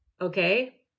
Okay